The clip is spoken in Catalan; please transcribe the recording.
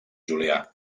julià